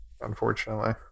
Unfortunately